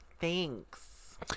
Thanks